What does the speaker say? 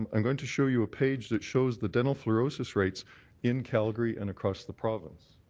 i'm going to show you a page that shows the dental fluorosis rates in calgary and across the province.